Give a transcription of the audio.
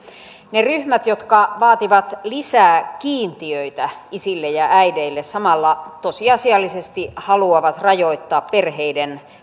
ne ryhmät jotka vaativat lisää kiintiöitä isille ja äideille samalla tosiasiallisesti haluavat rajoittaa perheiden